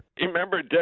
Remember